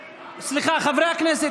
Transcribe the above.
סליחה, חברי הכנסת.